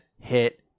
hit